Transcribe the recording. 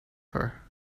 her